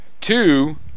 two